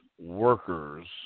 workers